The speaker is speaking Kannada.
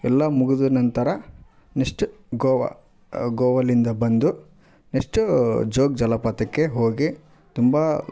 ಎಲ್ಲ ಮುಗಿದ ನಂತರ ನೆಕ್ಸ್ಟ್ ಗೋವಾ ಗೋವಲಿಂದ ಬಂದು ನೆಕ್ಸ್ಟ್ ಜೋಗ ಜಲಪಾತಕ್ಕೆ ಹೋಗಿ ತುಂಬ